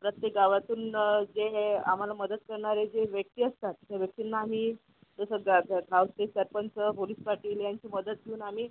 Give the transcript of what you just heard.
प्रत्येक गावातून जे हे आम्हाला मदत करणारे जे व्यक्ती असतात त्या व्यक्तींना आम्ही जसं की गावचे सरपंच पोलिस पाटील यांची मदत घेऊन आम्ही